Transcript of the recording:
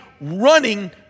running